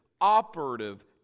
operative